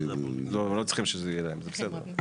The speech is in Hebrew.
הם לא צריכים שזה יהיה להם, זה בסדר.